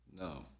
No